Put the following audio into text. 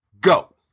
Go